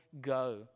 go